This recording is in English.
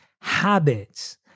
habits